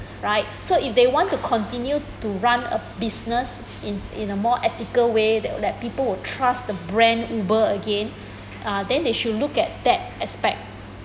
right so if they want to continue to run a business in in a more ethical way that that people will trust the brand uber again uh then they should look at that aspect